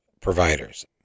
providers